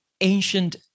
ancient